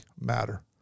matter